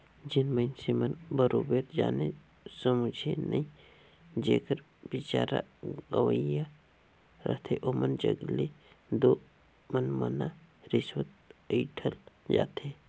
जेन मइनसे मन बरोबेर जाने समुझे नई जेकर बिचारा गंवइहां रहथे ओमन जग ले दो मनमना रिस्वत अंइठल जाथे